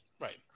Right